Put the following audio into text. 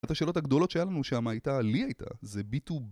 אחת השאלות הגדולות שהיה לנו שמה הייתה, לי הייתה, זה בי טו